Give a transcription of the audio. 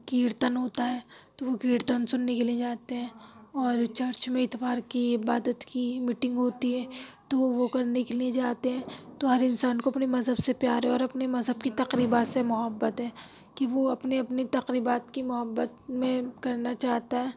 کیرتن ہوتا ہے تو وہ کیرتن سُننے کے لیے جاتے ہیں اور چرچ میں اتوار کی عبادت کی میٹنگ ہوتی ہے تو وہ وہ کرنے کے لیے جاتے ہیں تو ہر انسان کو اپنے مذہب سے پیار ہے اور اپنے مذہب کی تقریبات سے محبت ہے کہ وہ اپنی اپنی تقریبات کی محبت میں کرنا چاہتا ہے